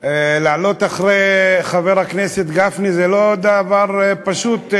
לעלות אחרי חבר הכנסת גפני זה לא דבר פשוט.